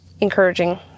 encouraging